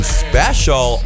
special